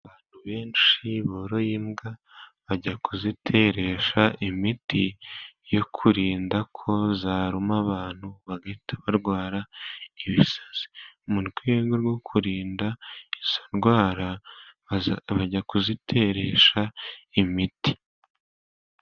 Abantu benshi boroye imbwa, bajya kuziteresha imiti yo kurinda ko zaruma abantu bagahita barwara ibisazi. Mu rwego rwo kurinda izo ndwara, bajya kuziteresha imiti.